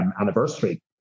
anniversary